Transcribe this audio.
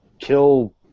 kill